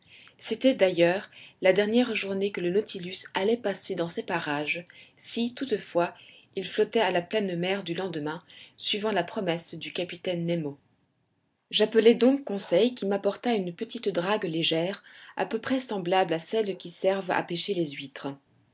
c'était d'ailleurs la dernière journée que le nautilus allait passer dans ces parages si toutefois il flottait à la pleine mer du lendemain suivant la promesse du capitaine nemo j'appelai donc conseil qui m'apporta une petite drague le gère à peu près semblable à celles qui servent à pêcher les huîtres